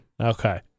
Okay